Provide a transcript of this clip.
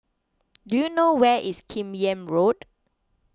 do you know where is Kim Yam Road